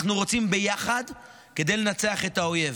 אנחנו רוצים ביחד כדי לנצח את האויב.